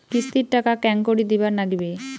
কিস্তির টাকা কেঙ্গকরি দিবার নাগীবে?